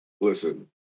Listen